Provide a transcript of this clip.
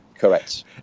Correct